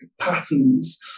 patterns